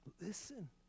Listen